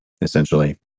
essentially